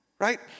Right